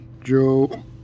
Joe